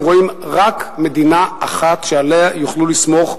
הם רואים רק מדינה אחת שעליה יוכלו לסמוך,